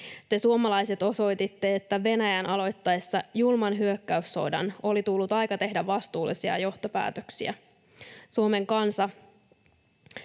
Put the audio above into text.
Te suomalaiset osoititte, että Venäjän aloittaessa julman hyökkäyssodan oli tullut aika tehdä vastuullisia johtopäätöksiä. Suomen kansa